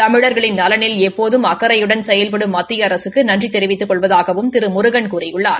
தமிழ்களின் நலனில் எப்போதும் அக்கறையுடன் செயல்படும் மத்திய அரசுக்கு நனறி தெரிவித்துக் கொள்வதாகவும் திரு முருகன் கூறியுள்ளார்